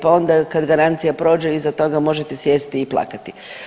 Pa onda kada garancija prođe iza toga možete sjesti i plakati.